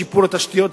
שיפור התשתיות,